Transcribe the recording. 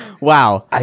Wow